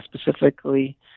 specifically